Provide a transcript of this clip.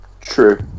true